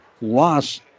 loss